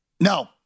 No